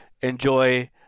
enjoy